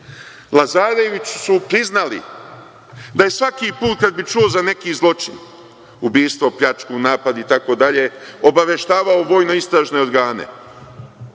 Lazareviću su priznali da je svaki put kad bi čuo za neki zločin, ubistvo, pljačku, napad itd, obaveštavao vojno-istražne organe,